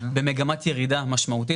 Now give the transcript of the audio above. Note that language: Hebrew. במגמת ירידה משמעותית,